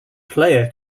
player